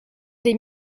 des